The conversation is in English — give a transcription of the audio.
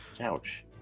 Ouch